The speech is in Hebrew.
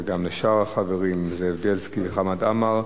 וגם לשאר החברים, לזאב בילסקי וחמד עמאר,